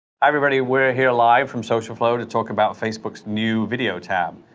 everybody, we're here live from social flow to talk about facebook's new video tab.